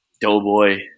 Doughboy